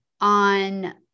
on